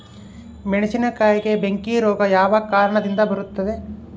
ಮೆಣಸಿನಕಾಯಿಗೆ ಬೆಂಕಿ ರೋಗ ಯಾವ ಕಾರಣದಿಂದ ಬರುತ್ತದೆ?